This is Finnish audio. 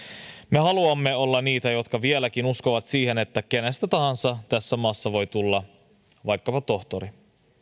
me haluamme olla niitä jotka vieläkin uskovat siihen että kenestä tahansa tässä maassa voi tulla vaikkapa tohtori